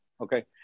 Okay